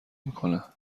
میکنه